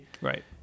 right